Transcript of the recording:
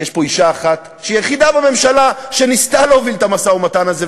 יש פה אישה אחת שהיא היחידה בממשלה שניסתה להוביל את המשא-ומתן הזה,